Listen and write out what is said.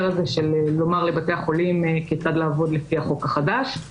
הזה של לומר לבתי החולים כיצד לעבוד לפי החוק החדש.